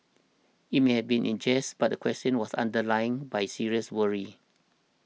it may have been in jest but the question was underlined by serious worry